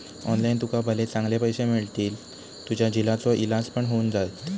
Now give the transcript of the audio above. online तुका भले चांगले पैशे मिळतील, तुझ्या झिलाचो इलाज पण होऊन जायत